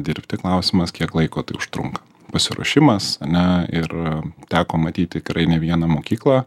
dirbti klausimas kiek laiko tai užtrunka pasiruošimas ane ir teko matyt tikrai ne vieną mokyklą